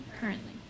Currently